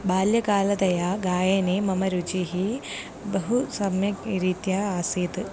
बाल्यकालतया गायने मम रुचिः बहु सम्यक्रीत्या आसीत्